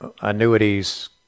annuities